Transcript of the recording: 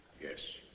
Yes